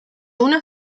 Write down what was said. una